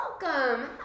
welcome